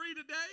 today